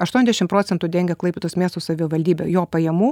aštuoniasdešim procentų dengia klaipėdos miesto savivaldybė jo pajamų